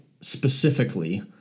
specifically